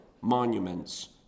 monuments